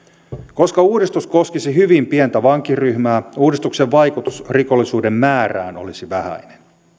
koska uudistus koskisi hyvin pientä vankiryhmää uudistuksen vaikutus rikollisuuden määrään olisi vähäinen